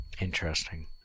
interesting